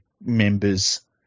members